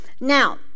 Now